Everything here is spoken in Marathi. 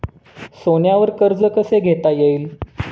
सोन्यावर कर्ज कसे घेता येईल?